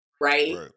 right